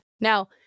Now